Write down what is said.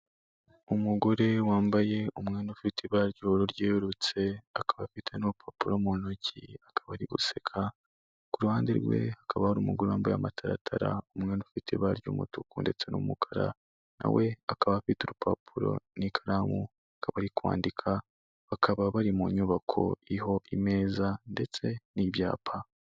Umugore wambaye umwenda ufite ibara ry'ubururu ryerurutse, akaba afite n'urupapuro mu ntoki, akaba ari guseka, ku ruhande rwe hakaba hari umugore wambaye amataratara, umwenda ufite ibara ry'umutuku ndetse n'umukara na we akaba afite urupapuro n'ikaramu bakaba bari kwandika, bakaba bari mu nyubako iriho imeza ndetse n'ibyapa.